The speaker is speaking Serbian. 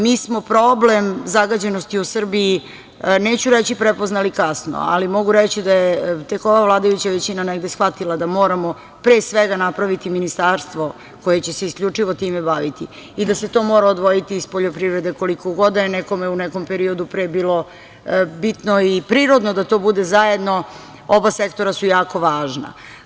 Mi smo problem zagađenosti u Srbiji, neću reći prepoznali kasno, ali mogu reći da je tek ova vladajuća većina negde shvatila da moramo, pre svega napraviti ministarstvo koje će se isključivo time baviti i da se to mora odvojiti iz poljoprivrede koliko god da je nekome u nekom periodu pre bilo bitno i prirodno da to bude zajedno, oba sektora su jako važna.